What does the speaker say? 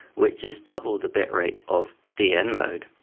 which is double the bitrate of dn mode.